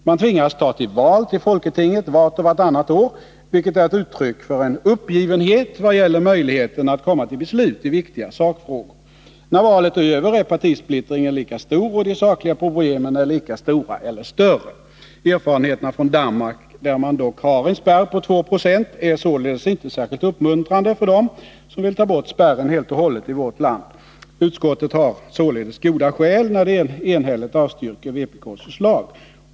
Man tvingas ta till val till folketinget vart och vartannat år, vilket är uttryck för en uppgivenhet i vad gäller möjligheten att komma till beslut i viktiga sakfrågor. När valet är över är partisplittringen lika stor, och de sakliga problemen är lika stora eller större. Erfarenheterna från Danmark, där man dock har en spärr på 2 20, är således inte särskilt uppmuntrande för dem som vill ta bort spärren helt och hållet i vårt land. Utskottet har således goda skäl när det enhälligt avstyrker vpk:s förslag.